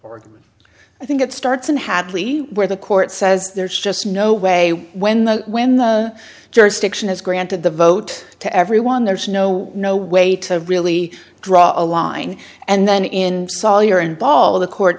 or i think it starts in hadley where the court says there's just no way when the when the jurisdiction is granted the vote to everyone there's no no way to really draw a line and then in sawyer and all the court